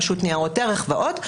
רשות ניירות ערך ועוד,